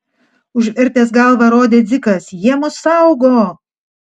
užvertęs galvą rodė dzikas jie mus saugo